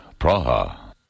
Praha